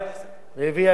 הצעת חוק מסובכת,